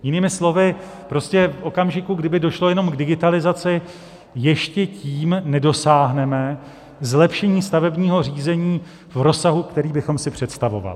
Jinými slovy, v okamžiku, kdy by došlo jenom k digitalizaci, ještě tím nedosáhneme zlepšení stavebního řízení v rozsahu, který bychom si představovali.